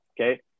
okay